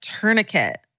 tourniquet